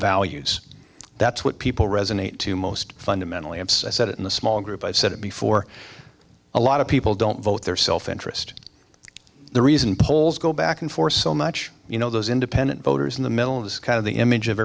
values that's what people resonate to most fundamentally upset in the small group i've said it before a lot of people don't vote their self interest the reason polls go back and forth so much you know those independent voters in the middle of this kind of the image of